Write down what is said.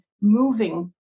moving